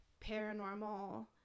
paranormal